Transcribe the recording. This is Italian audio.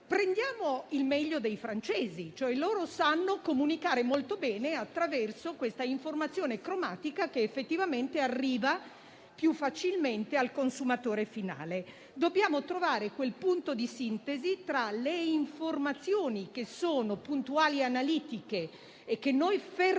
prendiamo il meglio dei francesi. Loro sanno comunicare molto bene attraverso l'informazione cromatica, che effettivamente arriva più facilmente al consumatore finale. Dobbiamo trovare quel punto di sintesi tra le informazioni puntuali e analitiche che noi fermamente